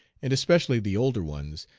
and especially the older ones,